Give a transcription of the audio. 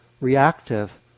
reactive